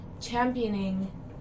championing